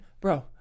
Bro